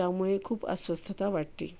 त्यामुळे खूप अस्वस्थता वाटते